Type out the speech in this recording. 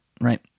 right